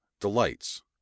delights